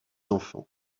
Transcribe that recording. enfants